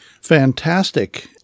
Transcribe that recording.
Fantastic